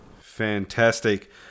Fantastic